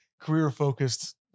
career-focused